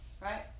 Right